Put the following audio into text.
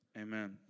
Amen